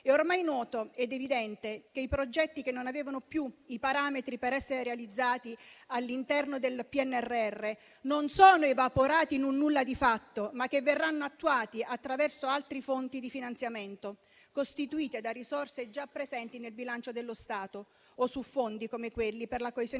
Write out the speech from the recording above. È ormai noto ed evidente che i progetti che non avevano più i parametri per essere realizzati all'interno del PNRR non sono evaporati in un nulla di fatto, ma verranno attuati attraverso altri fonti di finanziamento, costituite da risorse già presenti nel bilancio dello Stato o su fondi come quelli per la coesione